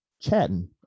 chatting